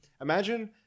Imagine